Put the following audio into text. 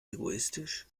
egoistisch